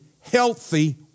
healthy